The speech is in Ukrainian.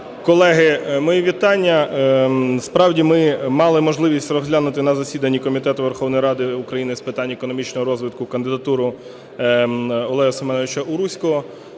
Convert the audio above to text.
Колеги, мої вітання! Справді, ми мали можливість розглянути на засіданні Комітету Верховної Ради України з питань економічного розвитку кандидатуру Олега Семеновича Уруського.